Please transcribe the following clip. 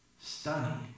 stunning